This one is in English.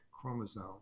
chromosome